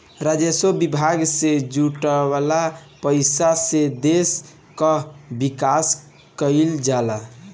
राजस्व विभाग से जुटावल पईसा से देस कअ विकास कईल जाला